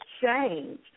change